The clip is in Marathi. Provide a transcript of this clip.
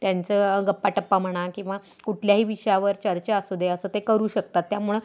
त्यांचं गप्पा टप्पा म्हणा किंवा कुठल्याही विषयावर चर्चा असू दे असं ते करू शकतात त्यामुळं